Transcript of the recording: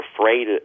afraid